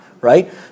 right